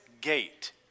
gate